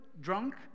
drunk